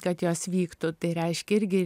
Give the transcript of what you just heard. kad jos vyktų tai reiškia irgi